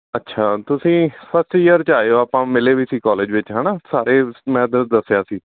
ਅੱਛਾ ਤੁਸੀਂ 'ਚ ਆਏ ਹੋ ਆਪਾਂ ਮਿਲੇ ਵੀ ਸੀ ਕੋਲਜ ਵਿੱਚ ਹੈ ਨਾ ਸਾਰੇ ਮੈਂ ਤਾਂ ਦੱਸਿਆ ਸੀ